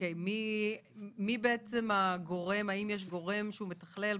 האם יש גורם שהוא מתכלל,